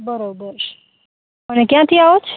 બરોબર અને ક્યાંથી આવો છો